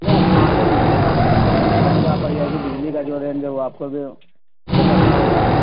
نہ پانی بجلی سب ہوگا پر یہ کہ بجلی کا جو رینج ہے وہ آپ کو بھی یہ کرنا ہوگا